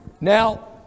Now